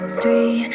three